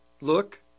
Look